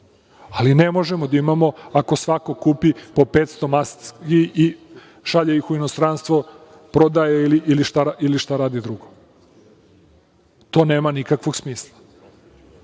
ali ne možemo da imamo ako svako kupi po 500 maski i šalje ih u inostranstvo, prodaje ili šta radi drugo. To nema nikakvog smisla. Pazite